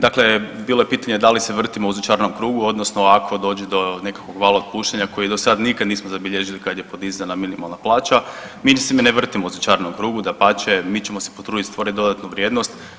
Dakle, bilo je pitanje da li se vrtimo u začaranom krugu odnosno ako dođe do nekakvog vala otpuštanja koji do sada nikada nismo zabilježili kad je podizana minimalna plaća, mi se ne vrtimo u začaranom krugu, dapače mi ćemo se potruditi stvoriti dodatnu vrijednost.